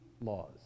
laws